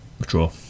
draw